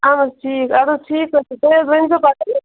اَہَن حظ ٹھیٖک اَدٕ حظ ٹھیٖک حظ چھُ تیٚلہِ حظ ؤنۍزیو پَتہٕ ٹھیٖک